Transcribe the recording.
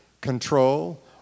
control